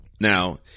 Now